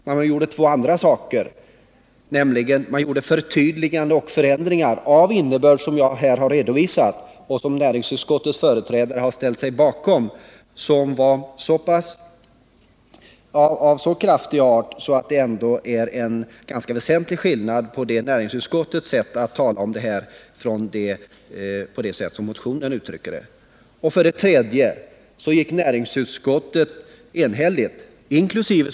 För det andra gjorde man förtydliganden och förändringar av den innebörd som jag här har redovisat och som näringsutskottets företrädare har ställt sig bakom. Dessa förändringar är av så kraftig art att det är en väsentlig skillnad mellan näringsutskottets och motionärernas syn på denna fråga. För det tredje gick näringsutskottet enhälligt — alltså inkl.